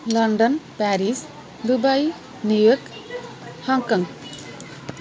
London Paris Dubai New York Hong Kong